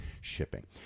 shipping